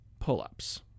pull-ups